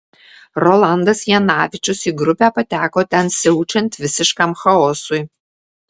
rolandas janavičius į grupę pateko ten siaučiant visiškam chaosui